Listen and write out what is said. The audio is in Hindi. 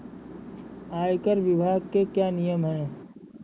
आयकर विभाग के क्या नियम हैं?